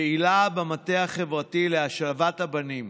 פעילה במטה החברתי להשבת הבנים.